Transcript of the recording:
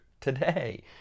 today